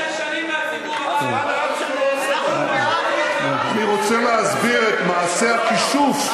אני רוצה להסביר את מעשה הכישוף.